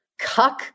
cuck